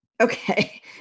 okay